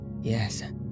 yes